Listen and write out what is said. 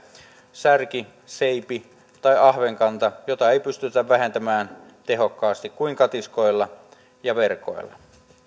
särki seipi tai ahvenkanta jota ei pystytä vähentämään tehokkaasti kuin katiskoilla ja verkoilla